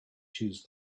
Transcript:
choose